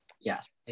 Yes